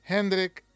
Hendrik